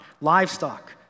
livestock